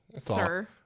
Sir